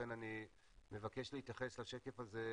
לכן אני מבקש להתייחס לשקף הזה,